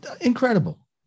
Incredible